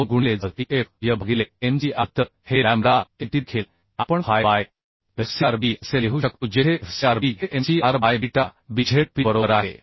2 गुणिले z e f y भागिले m c r तर हे लॅम्बडा एलटी देखील आपण fy बाय fcrb असे लिहू शकतो जेथे Fcrb हे mcr बाय बीटा bzp बरोबर आहे